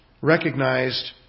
recognized